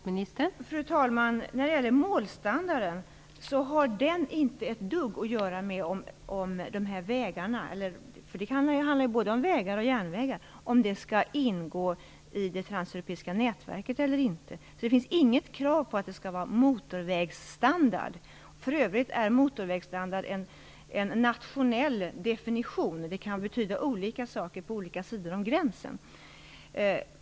Fru talman! Målstandarden har inte ett dugg att göra med om de här vägarna - för det handlar ju om både vägar och järnvägar - skall ingå i det transeuropeiska nätverket eller inte. Det finns inget krav på att det skall vara motorvägsstandard. För övrigt är motorvägsstandard en nationell definition. Den kan ha olika betydelse på olika sidor om en gräns.